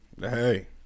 hey